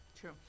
true